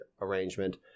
arrangement